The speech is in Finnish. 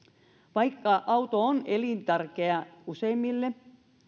vaikka auto on elintärkeä useimmille